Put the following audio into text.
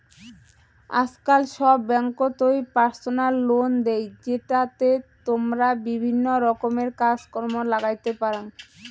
আজকাল সব ব্যাঙ্ককোতই পার্সোনাল লোন দেই, জেতাতে তমরা বিভিন্ন রকমের কাজ কর্ম লাগাইতে পারাং